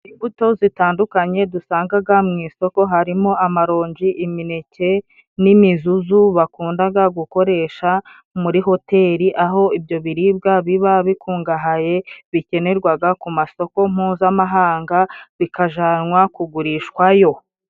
Imbuto zitandukanye dusangaga mu isoko harimo amaronji, imineke n'imizuzu bakundaga gukoresha muri hoteli, aho ibyo biribwa biba bikungahaye bikenerwaga ku masoko mpuzamahanga, bikajanwa kugurishwa yo.